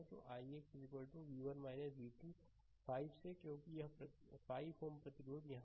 तो ix v1 v2 5 से क्योंकि यह 5Ω प्रतिरोध यहाँ है